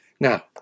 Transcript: Now